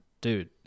Dude